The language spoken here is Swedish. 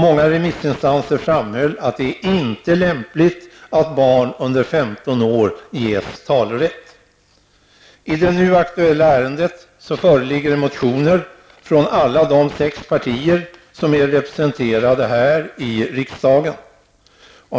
Många remissinstanser framhöll att det inte är lämpligt att barn under femton år ges talerätt. I det nu aktuella ärendet föreligger motioner från alla de sex partier som är representerade i riksdagen.